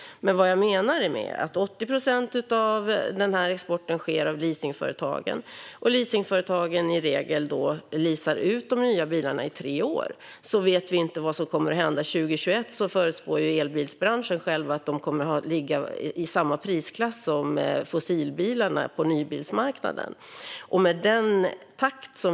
80 procent av den här exporten utförs av leasingföretagen, och leasingföretagen leasar i regel ut de nya bilarna i tre år. Vi vet inte vad som kommer att hända 2021. Elbilsbranschen själv förutspår att man kommer att ligga i samma prisklass som fossilbilarna på nybilsmarknaden.